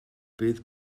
bydd